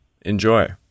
enjoy